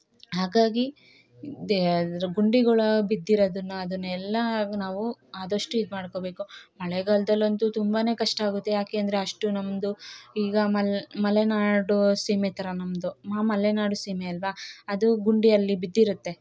ಹಾಗಾಗಿ ದೆ ಗುಂಡಿಗಳು ಬಿದ್ದಿರೋದನ್ನ ಅದನ್ನೆಲ್ಲಾ ನಾವು ಆದಷ್ಟು ಇದು ಮಾಡ್ಕೋಬೇಕು ಮಳೆಗಾಲ್ದಲ್ಲಿ ಅಂತು ತುಂಬಾ ಕಷ್ಟ ಆಗುತ್ತೆ ಯಾಕೆ ಅಂದರೆ ಅಷ್ಟು ನಮ್ದು ಈಗ ಮಲೆನಾಡು ಸೀಮೆ ಥರ ನಮ್ದು ಮಲೆನಾಡು ಸೀಮೆ ಅಲ್ವಾ ಅದು ಗುಂಡಿಯಲ್ಲಿ ಬಿದ್ದಿರುತ್ತೆ